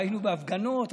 ראינו בהפגנות,